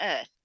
earth